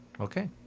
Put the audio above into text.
Okay